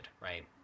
right